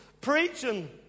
preaching